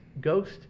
Ghost